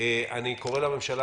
אני קורא מכאן לממשלה